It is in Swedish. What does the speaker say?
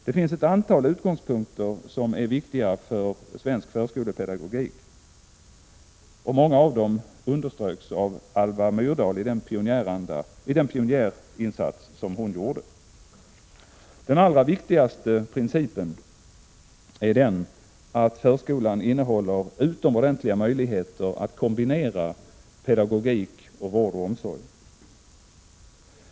Det finns ett antal utgångspunkter som är viktiga för svensk förskolepedagogik, och många av dem underströks av Alva Myrdali den pionjärinsats som hon gjorde. Den allra viktigaste principen är den att förskolan innehåller utomordentliga möjligheter att kombinera pedagogik och vård och omsorg.